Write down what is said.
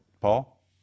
Paul